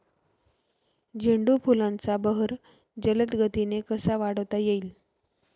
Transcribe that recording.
झेंडू फुलांचा बहर जलद गतीने कसा वाढवता येईल?